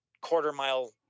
quarter-mile